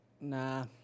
Nah